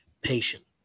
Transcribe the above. patient